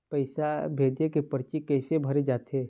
पैसा भेजे के परची कैसे भरे जाथे?